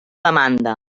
demanda